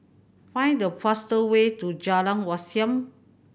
find the fastest way to Jalan Wat Siam